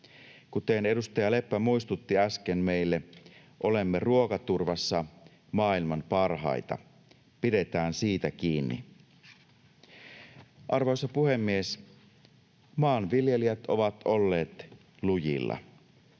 Kuten edustaja Leppä muistutti äsken meille, olemme ruokaturvassa maailman parhaita. Pidetään siitä kiinni. Arvoisa puhemies! Maanviljelijät ovat olleet lujilla.